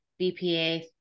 BPA